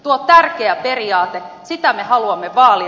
tuo on tärkeä periaate sitä me haluamme vaalia